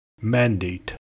Mandate